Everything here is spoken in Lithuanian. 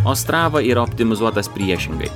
o strava yra optimizuotas priešingai